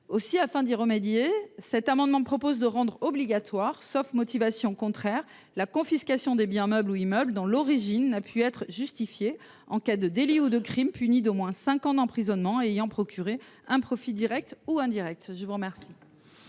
situation, cet amendement vise à rendre obligatoire, sauf motivation contraire, la confiscation des biens meubles ou immeubles dont l’origine n’a pu être justifiée, en cas de délit ou de crime puni d’au moins cinq ans d’emprisonnement et ayant procuré un profit direct ou indirect à leur auteur.